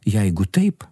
jeigu taip